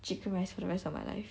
chicken rice for the rest of my life